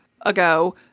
ago